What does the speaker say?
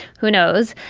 who knows.